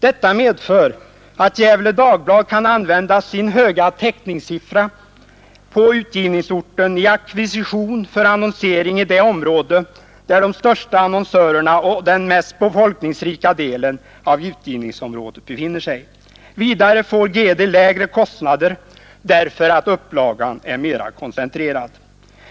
Detta medför att Gefle Dagblad kan använda sin höga täckningssiffra på utgivningsorten i ackvisition för annonsering i det område där de största annonsörerna finns och i den mest befolkningsrika delen av utgivningsområdet. Vidare får Gefle Dagblad lägre kostnader därför att upplagan är mera koncentrerad.